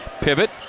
Pivot